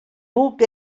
buc